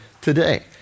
today